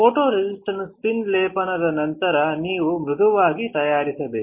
photoresist ಅನ್ನು spin ಲೇಪನದ ನಂತರ ನೀವು ಮೃದುವಾಗಿ ತಯಾರಿಸಬೇಕು